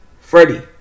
Freddie